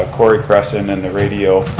ah corey crescent and the radio,